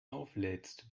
auflädst